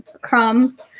crumbs